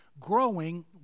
growing